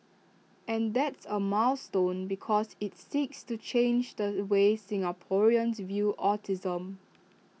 and that's A milestone because IT seeks to change the way Singaporeans view autism